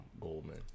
Goldman